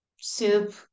soup